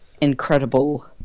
incredible